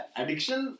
addiction